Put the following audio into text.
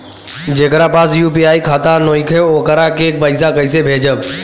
जेकरा पास यू.पी.आई खाता नाईखे वोकरा के पईसा कईसे भेजब?